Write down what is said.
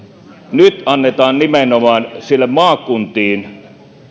nyt annetaan nimenomaan sinne maakuntiin